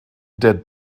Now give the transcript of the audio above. der